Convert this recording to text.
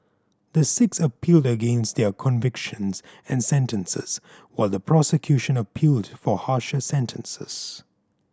the six appealed against their convictions and sentences while the prosecution appealed for harsher sentences